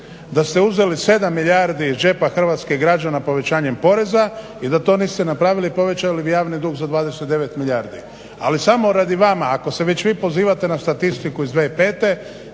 da ste uzeli 7 milijarda iz džepa hrvatskih građana povećanjem poreza i da to niste napravili povećali bi javni dug za 29 milijardi. Ali samo radi vama, ako se već vi pozivate na statistiku iz 2005.,